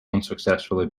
unsuccessfully